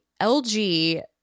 LG